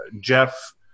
Jeff